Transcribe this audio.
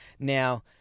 Now